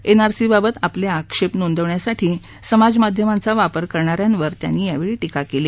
एनआरसीबाबत आपले आक्षेप नोंदवण्यासाठी समाजमाध्यमांचा वापर करणाऱ्यांवर त्यांनी टीका केली